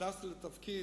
כשנכנסתי לתפקיד,